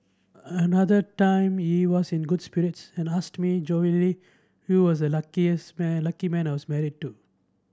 another time he was in good spirits and asked me jovially who was the luckiest man lucky man I was married to